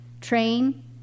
train